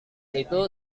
itu